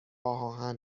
آهن